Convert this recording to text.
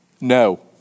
No